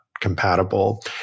compatible